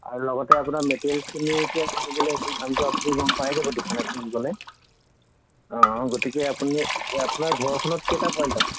আৰু লগতে আপোনাৰ মেটেৰিয়েলছখিনি এতিয়া কিনিবলৈ এইটো দামটো আপুনি গম পায়ে যাব দোকান এখনত গ'লে অঁ অঁ গতিকে আপুনি এতিয়া আপোনাৰ ঘৰখনত কেইটা পইণ্ট আছে